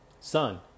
Son